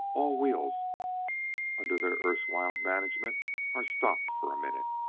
all wheels under their erstwhile management are stopped for a minute.